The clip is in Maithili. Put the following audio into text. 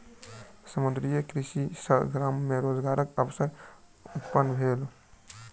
समुद्रीय कृषि सॅ गाम मे रोजगारक अवसर उत्पन्न भेल